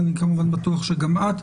ואני כמובן בטוח שגם את.